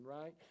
right